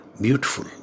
beautiful